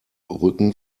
rücken